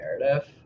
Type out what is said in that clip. narrative